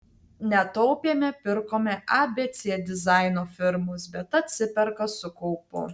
netaupėme pirkome abc dizaino firmos bet atsiperka su kaupu